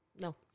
No